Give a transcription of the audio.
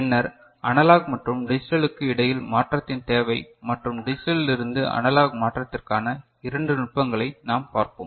பின்னர் அனலாக் மற்றும் டிஜிட்டலுக்கு இடையில் மாற்றத்தின் தேவை மற்றும் டிஜிட்டலில் இருந்து அனலாக் மாற்றத்திற்கான இரண்டு நுட்பங்களை நாம் பார்ப்போம்